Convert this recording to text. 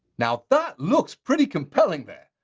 now that looks pretty compelling there.